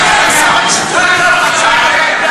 תענה,